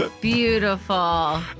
Beautiful